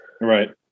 Right